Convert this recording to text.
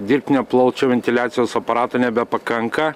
dirbtinio plaučių ventiliacijos aparato nebepakanka